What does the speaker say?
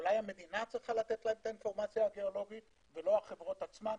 אולי המדינה צריכה לתת להם את האינפורמציה הגיאולוגית ולא החברות עצמן?